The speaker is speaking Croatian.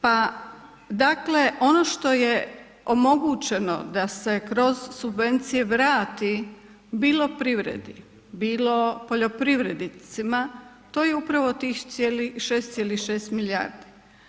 Pa dakle ono što je omogućeno da se kroz subvencije vrati bilo privredi, bilo poljoprivrednicima to je upravo tih 6,6 milijardi.